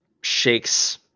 shakes